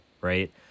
right